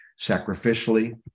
sacrificially